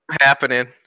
happening